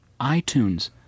iTunes